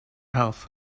health